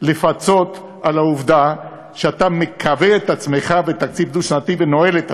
לפצות על העובדה שאתה מקבע את עצמך בתקציב דו-שנתי ונועל את עצמך.